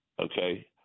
Okay